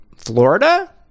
Florida